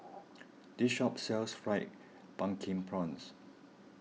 this shop sells Fried Pumpkin Prawns